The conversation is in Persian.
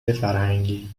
فرهنگی